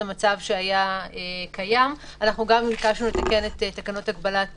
המצב שהיה קיים אנחנו גם ביקשנו לתקן את תקנות הגבלת